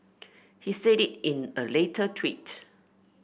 he said it in a later tweet